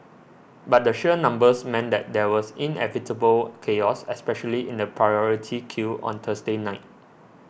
but the sheer numbers meant that there was inevitable chaos especially in the priority queue on Thursday night